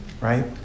Right